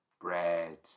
Bread